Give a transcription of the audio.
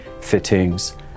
fittings